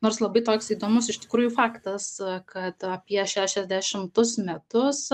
nors labai toks įdomus iš tikrųjų faktas kad apie šešiasdešimtus metus